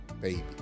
baby